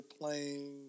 playing